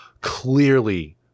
clearly